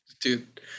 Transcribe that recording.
Dude